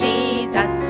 Jesus